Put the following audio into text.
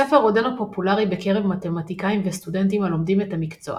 הספר עודנו פופולרי בקרב מתמטיקאים וסטודנטים הלומדים את המקצוע,